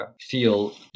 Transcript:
feel